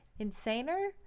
Insaner